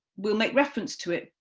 we'll make reference to it,